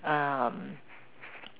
um